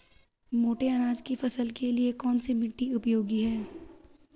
मोटे अनाज की फसल के लिए कौन सी मिट्टी उपयोगी है?